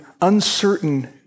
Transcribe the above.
uncertain